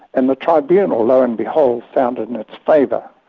and the tribunal, lo and behold, found in its favour.